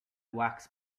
wax